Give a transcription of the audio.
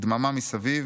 דממה מסביב.